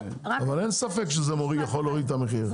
אבל אין ספק שזה יכול להוריד את המחיר.